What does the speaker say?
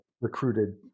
recruited